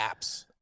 apps